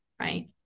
Right